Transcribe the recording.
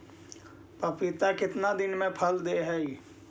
पपीता कितना दिन मे फल दे हय?